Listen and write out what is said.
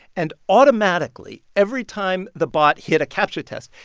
and automatically, every time the bot hit a captcha test,